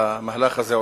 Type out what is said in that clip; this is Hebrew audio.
במהלך הזה,